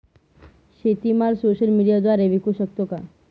शेतीमाल सोशल मीडियाद्वारे विकू शकतो का?